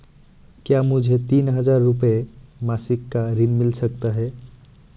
क्या मुझे तीन हज़ार रूपये मासिक का ऋण मिल सकता है?